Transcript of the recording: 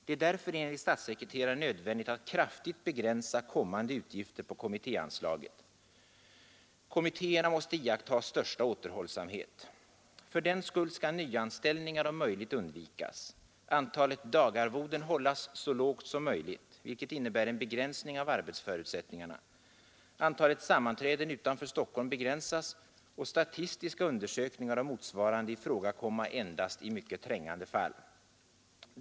Det är därför enligt statssekreteraren nödvändigt att kraftigt begränsa kommande utgifter på kommittéanslaget. Kommittéerna måste iaktta största återhållsamhet. Fördenskull skall nyanställningar om möjligt undvikas, antalet dagarvoden hållas så lågt som möjligt — vilket innebär en begränsning av arbetsförutsättningarna —, antalet sammanträden utanför Stockholm begränsas och statistiska undersökningar och motsvarande ifrågakomma endast i mycket trängande fall.